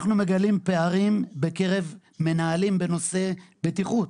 אנחנו מגלים פערים בקרב מנהלים בנושא בטיחות.